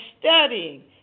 studying